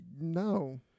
No